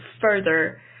further